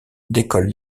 décolle